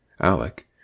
Alec